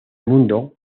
mundo